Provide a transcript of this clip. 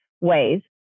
ways